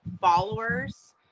followers